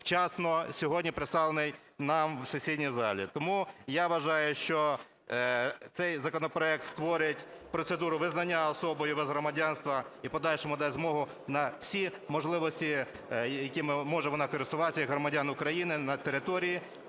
вчасно сьогодні представлений нам в сесійній залі. Тому я вважаю, що цей законопроект створить процедуру визнання особою без громадянства і в подальшому дасть змогу на всі можливості, якими може вона користуватися як громадян України на території6